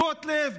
גוטליב,